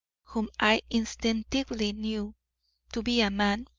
whom i instinctively knew to be a man,